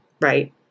right